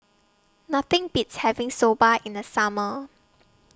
Nothing Beats having Soba in The Summer